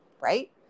right